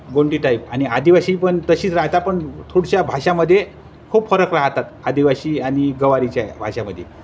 Gondi type आणि आदिवासी पण तशीच राहता पण थोडशा भाषामध्ये खूप फरक राहतात आदिवासी आणि गवारीच्या भाषामध्ये